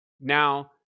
Now